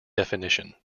definition